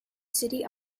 city